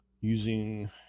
Using